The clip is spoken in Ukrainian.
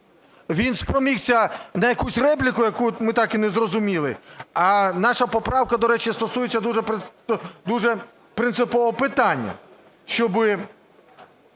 Він спромігся на якусь репліку, яку ми так і не зрозуміли. А наша поправка, до речі, стосується дуже принципового питання,